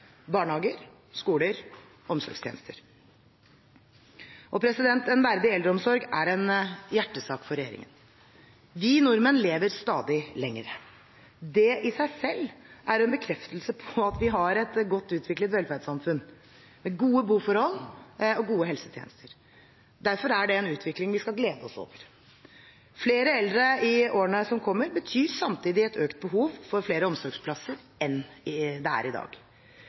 barnehager, skoler og omsorgstjenester. En verdig eldreomsorg er en hjertesak for regjeringen. Vi nordmenn lever stadig lenger. Det i seg selv er en bekreftelse på at vi har et godt utviklet velferdssamfunn, med gode boforhold og gode helsetjenester. Derfor er det en utvikling vi skal glede oss over. Flere eldre i årene som kommer, betyr samtidig et økt behov for flere omsorgsplasser enn det er i dag.